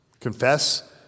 Confess